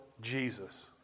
Jesus